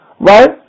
Right